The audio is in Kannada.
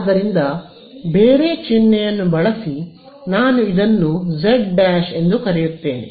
ಆದ್ದರಿಂದ ಬೇರೆ ಚಿಹ್ನೆಯನ್ನು ಬಳಸಿ ನಾನು ಇದನ್ನು ಜೆಡ್ ಎಂದು ಕರೆಯುತ್ತೇನೆ